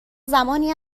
زمانی